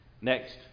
Next